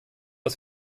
was